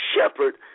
shepherd